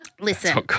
Listen